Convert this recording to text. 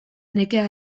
nekea